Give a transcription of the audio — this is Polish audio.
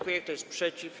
Kto jest przeciw?